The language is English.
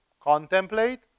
Contemplate